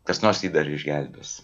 kas nors jį dar išgelbės